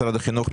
משרד החינוך.